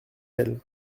elle